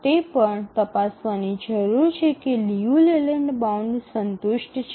તે પણ તપાસવાની જરૂર છે કે લિયુ લેલેન્ડ બાઉન્ડ સંતુષ્ટ છે